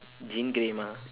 jean grey mah